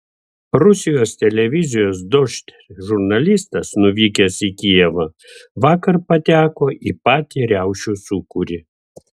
rusijos televizijos dožd žurnalistas nuvykęs į kijevą vakar pateko į patį riaušių sūkurį